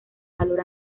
valor